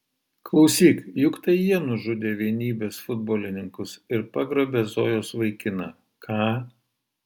klausyk juk tai jie nužudė vienybės futbolininkus ir pagrobė zojos vaikiną ką